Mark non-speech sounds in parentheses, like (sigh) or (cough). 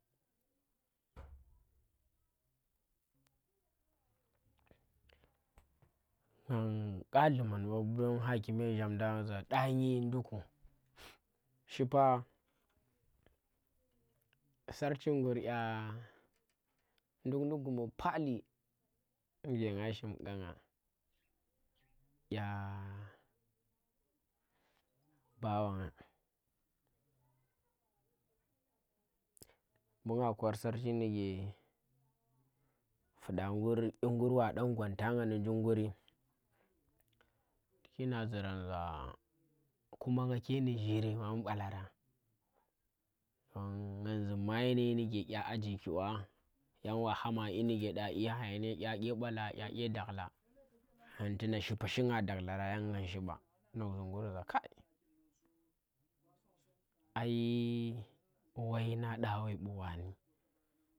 (noise) Ngan ƙa lummang ba don kha kume zham ndagn za da ngi duku. Shipa sarchi ngur kya nduk ni guma pali nuke nga shim kanga, kya bababanga mbu ngah kor sarchi gnike fuda ngur yi ngur wa dan gwantagnah ndi jim guri, tuki na zirang za, kuma nga ke ndi zhire mbu balarang, nang zun ma yanayi ndi kye kyan a jiki ba yang wa hama ƙinige kya ƙye hayaniya kya ƙye ɓala kya ƙye dagla, (noise) kom tuna shippa shinga daglarang yan ngang shiɓa, tu ndozi ngur za kai, (noise) ai woingan ƙya woi ɓu wane.